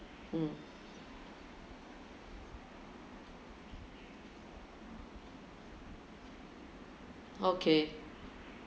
mm okay